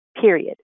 period